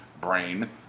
brain